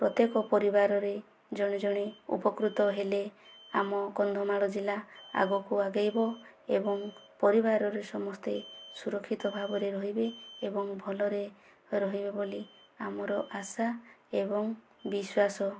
ପ୍ରତ୍ୟେକ ପରିବାରରେ ଜଣେ ଜଣେ ଉପକୃତ ହେଲେ ଆମ କନ୍ଧମାଳ ଜିଲ୍ଲା ଆଗକୁ ଆଗେଇବ ଏବଂ ପରିବାରରେ ସମସ୍ତେ ସୁରକ୍ଷିତ ଭାବରେ ରହିବେ ଏବଂ ଭଲରେ ରହିବେ ବୋଲି ଆମର ଆଶା ଏବଂ ବିଶ୍ଵାସ